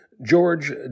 George